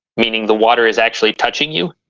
meaning the water is actually touching you,